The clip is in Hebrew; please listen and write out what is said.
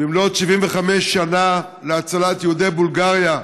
במלאות 75 שנה להצלת יהודי בולגריה.